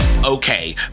Okay